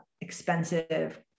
expensive